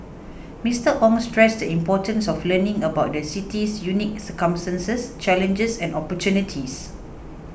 Mister Ong stressed the importance of learning about the city's unique circumstances challenges and opportunities